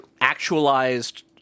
actualized